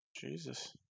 Jesus